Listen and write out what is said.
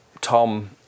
tom